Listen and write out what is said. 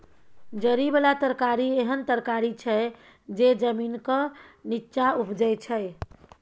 जरि बला तरकारी एहन तरकारी छै जे जमीनक नींच्चाँ उपजै छै